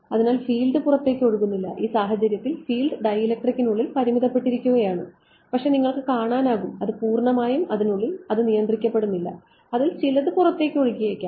അതിനാൽ ഫീൽഡ് പുറത്തേക്ക് ഒഴുകുന്നില്ല ഈ സാഹചര്യത്തിൽ ഫീൽഡ് ഡൈഇലക്ട്രികിനുള്ളിൽ പരിമിതപ്പെട്ടിരിക്കുകയാണ് പക്ഷേ നിങ്ങൾക്ക് കാണാനാകും അത് പൂർണ്ണമായും അതിനുള്ളിൽ അത് നിയന്ത്രിക്കപ്പെടുന്നില്ല അതിൽ ചിലത് പുറത്തേക്ക് ഒഴുകിയേക്കാം